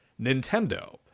Nintendo